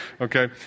Okay